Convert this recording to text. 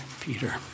Peter